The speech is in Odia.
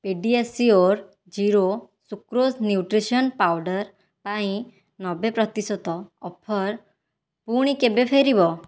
PediaSure zero sucrose nutrition powder ପାଇଁ ନବେ ପ୍ରତିଶତ ଅଫର୍ ପୁଣି କେବେ ଫେରିବ